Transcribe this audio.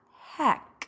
heck